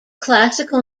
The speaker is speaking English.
classical